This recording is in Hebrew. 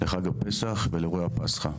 לחג הפסח ולאירועי הפסחא,